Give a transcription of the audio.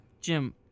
Jim